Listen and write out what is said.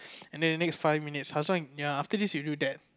and then the next five minutes Hasan ya after this you do that